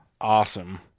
Awesome